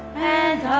and